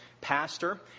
pastor